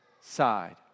side